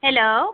hello